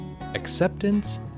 acceptance